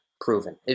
proven